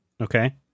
Okay